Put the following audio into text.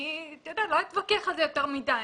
אני לא אתווכח על זה יותר מדי.